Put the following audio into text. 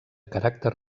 caràcter